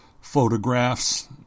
photographs